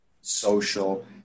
social